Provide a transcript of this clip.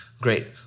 Great